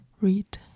read